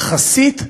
יחסית,